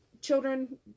children